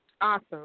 Awesome